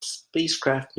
spacecraft